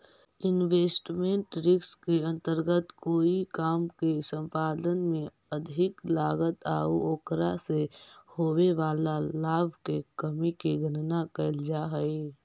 investment risk के अंतर्गत कोई काम के संपादन में अधिक लागत आउ ओकरा से होवे वाला लाभ के कमी के गणना कैल जा हई